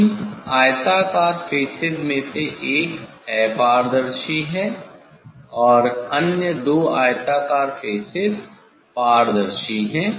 तीन आयताकार फेसेस में से एक अपारदर्शी है और अन्य दो आयताकार फेसेस पारदर्शी हैं